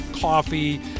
coffee